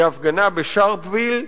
היא ההפגנה בשרפוויל,